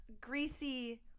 greasy